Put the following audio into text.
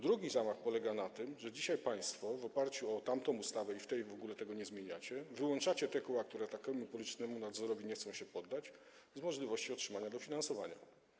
Drugi zamach polega na tym, że dzisiaj państwo w oparciu o tamtą ustawę, i w tej w ogóle tego nie zmieniacie, wyłączacie te koła, które takiemu politycznemu nadzorowi nie chcą się poddać, z możliwości otrzymania dofinansowania.